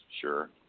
sure